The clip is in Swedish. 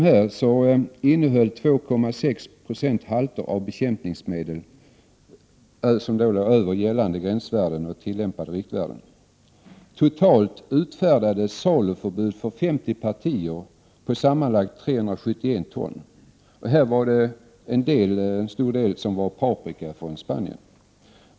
Härav innehöll 2,6 96 sådana halter av bekämpningsmedel som låg över gällande gränsvärden och tillämpade riktvärden. Totalt utfärdades saluförbud för 50 partier på sammanlagt 371 ton. Till stor del rörde det sig om paprika från Spanien.